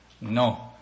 No